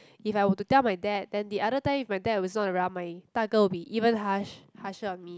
if I would to tell my dad then the other time if my dad was not around my 大哥 will be even harsh harsher on me